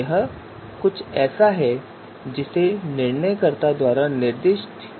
यह कुछ ऐसा है जिसे निर्णयकर्ता द्वारा निर्दिष्ट किया जाना है